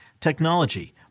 technology